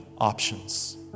options